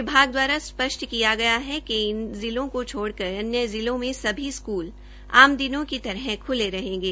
विभाग द्वारा स्पष्ट किया गया है कि इन जिलों के छोड़क अन्य जिनों मे सभी स्कूल आम दिनों की तरह ख्ले रहेंगे